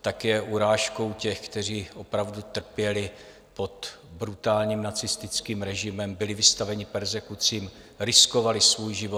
tak je urážkou těch, kteří opravdu trpěli pod brutálním nacistickým režimem, byli vystaveni perzekucím, riskovali svůj život.